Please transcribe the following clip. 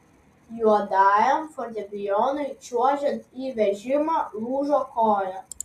juodajam fortepijonui čiuožiant į vežimą lūžo koja